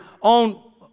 on